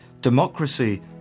democracy